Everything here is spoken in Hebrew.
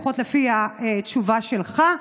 לפחות לפי התשובה שלך.